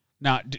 now